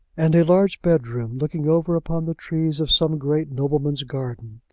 and a large bed-room looking over upon the trees of some great nobleman's garden.